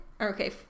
Okay